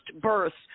births